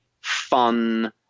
fun